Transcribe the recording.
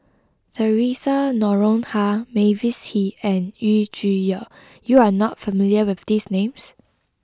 Theresa Noronha Mavis Hee and Yu Zhuye you are not familiar with these names